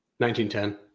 1910